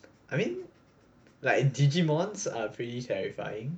I mean like digimons are very terrifying